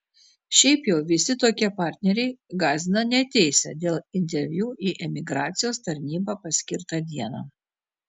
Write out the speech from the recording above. šiaip jau visi tokie partneriai gąsdina neateisią dėl interviu į emigracijos tarnybą paskirtą dieną